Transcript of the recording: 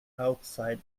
outside